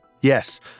Yes